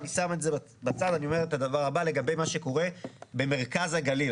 אני שם את זה בצד ואני אומר את הדבר הבא לגבי מה שקורה במרכז הגליל.